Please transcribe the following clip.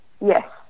Yes